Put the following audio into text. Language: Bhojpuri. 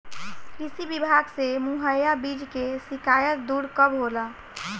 कृषि विभाग से मुहैया बीज के शिकायत दुर कब होला?